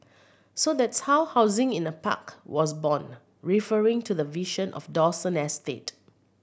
so that's how housing in a park was born referring to the vision for Dawson estate